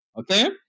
Okay